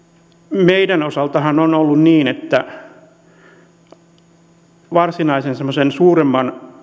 meidän osaltammehan on ollut niin että varsinaisen semmoisen suuremman